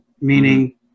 meaning